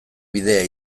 bidea